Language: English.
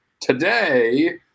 Today